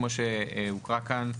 כמו שהוקרא כאן,